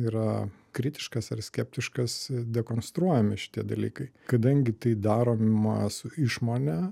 yra kritiškas ar skeptiškas dekonstruojami šitie dalykai kadangi tai daroma su išmone